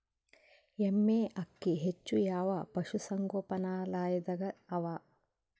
ಎಮ್ಮೆ ಅಕ್ಕಿ ಹೆಚ್ಚು ಯಾವ ಪಶುಸಂಗೋಪನಾಲಯದಾಗ ಅವಾ?